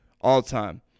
All-time